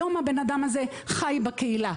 היום האדם הזה חי בקהילה.